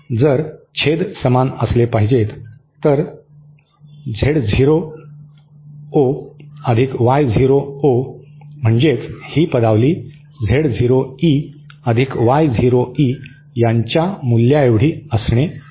जर छेद समान असले पाहिजेत तर झालं Z zero O Y zero O म्हणजेच ही पदावली Z झिरो E अधिक Y झिरो E यांच्या मूल्यऐवढी असणे आवश्यक आहे